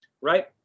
Right